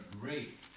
great